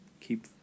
keep